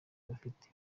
bafite